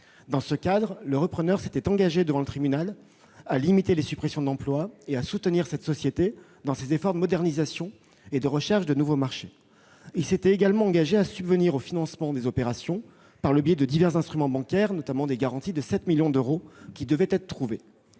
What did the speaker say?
Dans ce cadre, le repreneur s'était engagé devant le tribunal à limiter les suppressions d'emplois et à soutenir cette société dans ses efforts de modernisation et de recherche de nouveaux marchés. Il s'était également engagé à subvenir au financement des opérations par le biais de divers instruments bancaires, notamment l'obtention de garanties d'un montant de 7